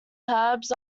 herbs